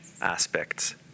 aspects